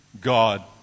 God